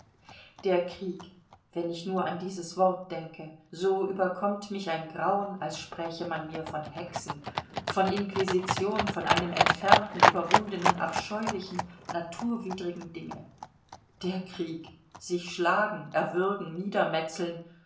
der krieg wenn ich nur an dieses wort denke so überkommt mich ein grauen als spräche man mir von hexen von inquisition von einem entfernten überwundenen abscheulichen naturwidrigen dinge der krieg sich schlagen erwürgen niedermetzeln